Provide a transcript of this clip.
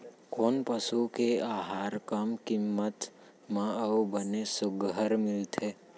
कोन पसु के आहार कम किम्मत म अऊ बने सुघ्घर मिलथे?